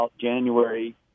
January